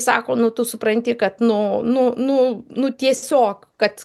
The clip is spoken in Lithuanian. tai sako nu tu supranti kad nu nu nu nu tiesiog kad kad